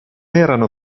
erano